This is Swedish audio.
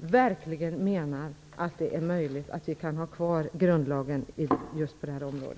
verkligen menar att det är möjligt att vi kan ha kvar grundlagen på detta område.